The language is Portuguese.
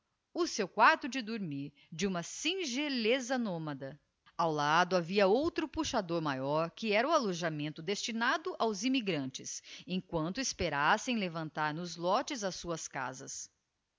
o seu quarto de dormir de uma singeleza nómada ao lado havia outro puxado maior que era o alojamento destinado aos immigrantes emquanto esperassem levantar nos lotes as suas casas